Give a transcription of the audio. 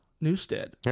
Newstead